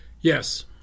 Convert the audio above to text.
Yes